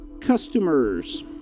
customers